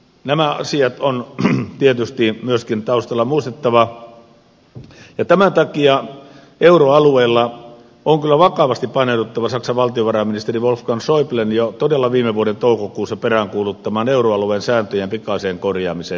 nämä asiat on tietysti myöskin taustalla muistettava ja tämän takia euroalueella on kyllä vakavasti paneuduttava saksan valtiovarainministerin wolfgang schäublen todella jo viime vuoden toukokuussa peräänkuuluttamaan euroalueen sääntöjen pikaiseen korjaamiseen